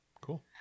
Cool